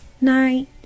night